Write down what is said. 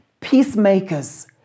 Peacemakers